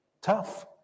Tough